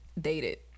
dated